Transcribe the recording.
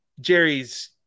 Jerry's